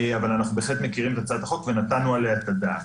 אבל אנחנו בהחלט מכירים את הצעת החוק ונתנו עליה את הדעת.